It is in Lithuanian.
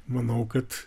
manau kad